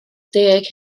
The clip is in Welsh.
deg